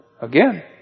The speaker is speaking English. Again